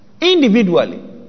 Individually